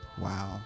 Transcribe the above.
Wow